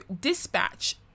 dispatch